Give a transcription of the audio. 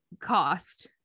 cost